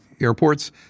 airports